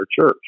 church